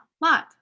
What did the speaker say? Lot